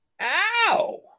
Ow